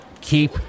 keep